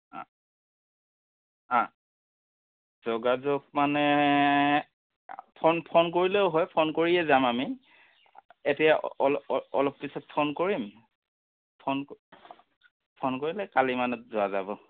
অঁ অঁ যোগাযোগ মানে ফোন ফোন কৰিলেও হয় ফোন কৰিয়ে যাম আমি এতিয়া অ অলপ পিছত ফোন কৰিম ফোন ফোন কৰিলে কালি মানত যোৱা যাব